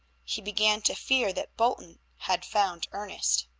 he began to fear that bolton had found ernest.